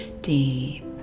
deep